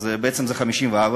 אז זה בעצם 54,